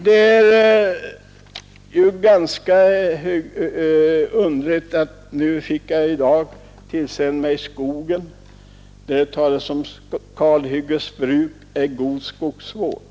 Det är ett ganska underligt sammanträffande att jag i dag fick mig tillsänt en nummer av Skogen, där det talas om att kalhyggesbruk är god skogsvård.